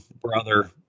brother